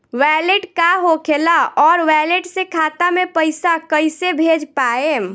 Wallet का होखेला और वैलेट से खाता मे पईसा कइसे भेज पाएम?